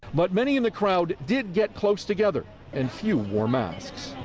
but many in the crowd did get close together and few wore masks.